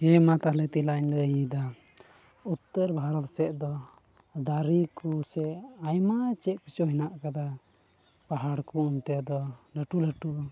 ᱦᱮᱸ ᱢᱟ ᱛᱟᱦᱚᱞᱮᱧ ᱫᱮᱞᱟᱧ ᱞᱟᱹᱭᱫᱟ ᱩᱛᱛᱚᱨ ᱵᱷᱟᱨᱚᱛ ᱥᱮᱫ ᱫᱚ ᱫᱟᱨᱮ ᱠᱚ ᱥᱮ ᱟᱭᱢᱟ ᱪᱮᱫ ᱠᱚᱪᱚᱝ ᱦᱮᱱᱟᱜ ᱟᱠᱟᱫᱟ ᱯᱟᱦᱟᱲ ᱠᱚ ᱚᱱᱛᱮ ᱫᱚ ᱞᱟᱹᱴᱩ ᱞᱟᱹᱴᱩ